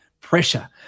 pressure